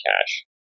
cash